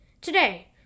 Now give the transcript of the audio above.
Today